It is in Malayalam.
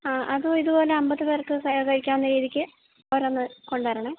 ആ അതും ഇതുപോലെ അമ്പത് പേർക്ക് കഴിക്കാവുന്ന രീതിക്ക് ഓരോന്നും കൊണ്ടുവരണം